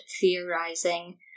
theorizing